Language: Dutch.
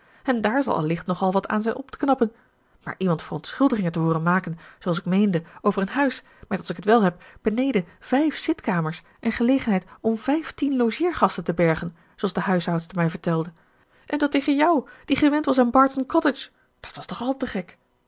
en dààr zal allicht nog al wat aan zijn op te knappen maar iemand verontschuldigingen te hooren maken zooals ik meende over een huis met als ik t wel heb beneden vijf zitkamers en gelegenheid om vijftien logeergasten te bergen zooals de huishoudster mij vertelde en dat tegen jou die gewend was aan barton cottage dat was toch àl te gek